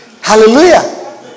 hallelujah